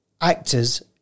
actors